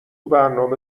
برنامه